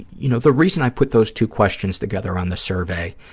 you know, the reason i put those two questions together on the survey